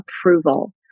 approval